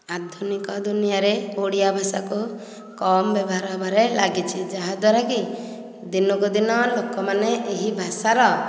ଆଧୁନିକ ଦୁନିଆରେ ଓଡ଼ିଆ ଭାଷାକୁ କମ ବ୍ୟବହାର ହେବାରେ ଲାଗିଛି ଯାହାଦ୍ୱାରା କି ଦିନକୁ ଦିନ ଲୋକମାନେ ଏହି ଭାଷାର